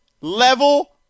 level